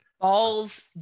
Balls